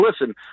listen